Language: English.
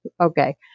okay